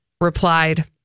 replied